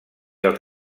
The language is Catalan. els